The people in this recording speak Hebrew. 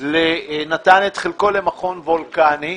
נתן את חלקו למכון וולקני,